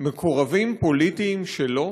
מקורבים פוליטיים שלו.